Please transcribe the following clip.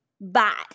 bad